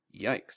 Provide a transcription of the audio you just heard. Yikes